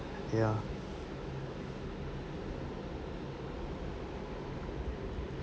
ya